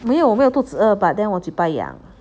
没有我没有肚子饿 but 我嘴吧痒